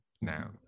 now